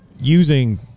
using